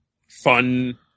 fun